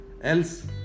else